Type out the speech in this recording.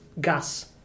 gas